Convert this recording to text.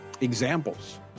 examples